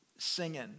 singing